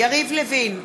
יריב לוין,